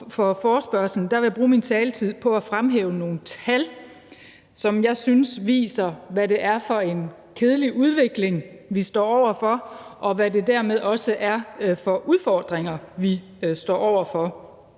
for forespørgslen vil jeg bruge min taletid på at fremhæve nogle tal, som jeg synes viser, hvad det er for en kedelig udvikling, vi står over for, og hvad det dermed også er for udfordringer, vi står over for.